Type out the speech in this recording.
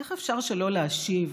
איך אפשר שלא להשיב